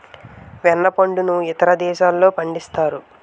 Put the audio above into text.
వెన్న పండును ఇతర దేశాల్లో పండిస్తారు